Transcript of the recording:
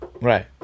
Right